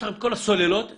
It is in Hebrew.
לכם את כל הסוללות המשפטיות,